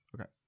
Okay